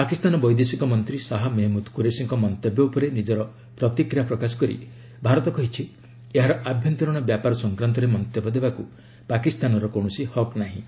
ପାକିସ୍ତାନ ବୈଦେଶିକ ମନ୍ତ୍ରୀ ଶାହା ମେହେମୁଦ୍ କୁରେଶିଙ୍କ ମନ୍ତବ୍ୟ ଉପରେ ନିଜର ପ୍ରତିକ୍ରିୟା ପ୍ରକାଶ କରି ଭାରତ କହିଛି ଏହାର ଆଭ୍ୟନ୍ତରୀଣ ବ୍ୟାପାର ସଂକ୍ରାନ୍ତରେ ମନ୍ତବ୍ୟ ଦେବାକୁ ପାକିସ୍ତାନର କୌଣସି ହକ୍ ନାହିଁ